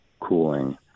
cooling